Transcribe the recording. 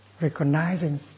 recognizing